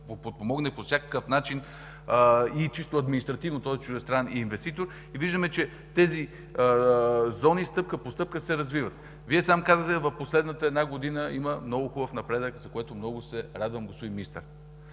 подпомогне по всякакъв начин, и чисто административно. Виждаме, че тези зони стъпка по стъпка се развиват. Сам казвате, в последната една година има много голям напредък, за което много се радвам, господин Министър.